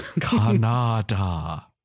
Canada